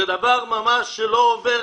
זה דבר שלא עובר